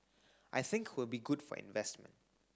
I think will be good for investment